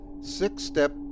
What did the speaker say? six-step